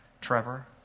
Trevor